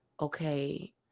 okay